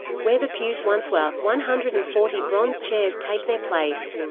where the pews once were, one hundred and forty bronze chairs take their place.